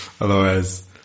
Otherwise